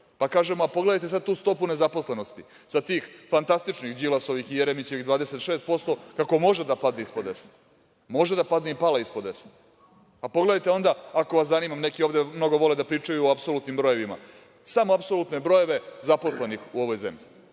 pa kažemo, a pogledajte sad tu stopu nezaposlenosti, sa tih fantastičnih Đilasovih i Jeremićevih 26%, kako može da padne ispod 10. Može da padne i pala je ispod 10.A pogledajte onda, ako vas zanima, neki ovde mnogo vole da pričaju o apsolutnim brojevima, samo apsolutne brojeve zaposlenih u ovoj zemlji.